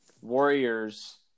Warriors –